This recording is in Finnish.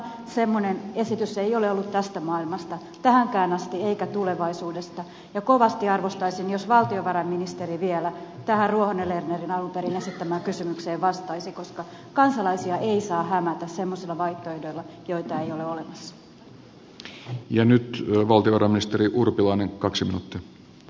semmoinen esitys ei ole ollut tästä maailmasta tähänkään asti eikä tulevaisuudesta ja kovasti arvostaisin jos valtiovarainministeri vielä tähän ruohonen lernerin alun perin esittämään kysymykseen vastaisi koska kansalaisia ei saa hämätä semmoisilla vaihtoehdoilla joita ei ole olemassa